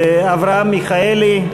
אברהם מיכאלי.